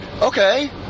okay